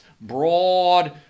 broad